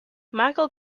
michael